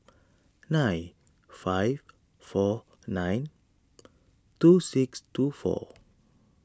nine five four nine two six two four